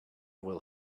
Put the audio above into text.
will